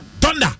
thunder